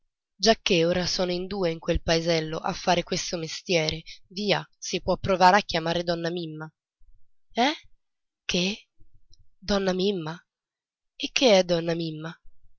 giacché ora sono in due nel paesello a far questo mestiere via si può provare a chiamare donna mimma eh che donna mimma e che è donna mimma